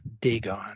Dagon